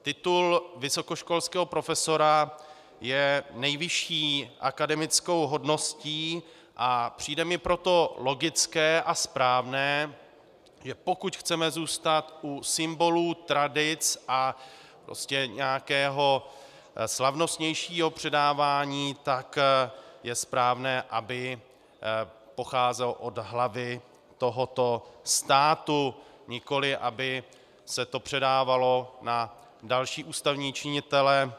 Titul vysokoškolského profesora je nejvyšší akademickou hodností, a přijde mi proto logické a správné, že pokud chceme zůstat u symbolů, tradic a nějakého slavnostnějšího předávání, tak je správné, aby pocházel od hlavy tohoto státu, nikoliv aby se to předávalo na další ústavní činitele.